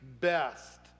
best